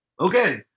okay